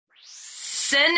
Sin